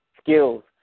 skills